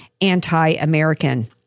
anti-American